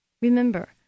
remember